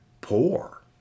poor